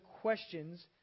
questions